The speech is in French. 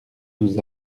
nous